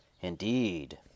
Indeed